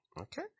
Okay